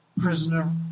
prisoner